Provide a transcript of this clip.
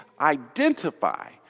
identify